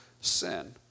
sin